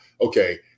okay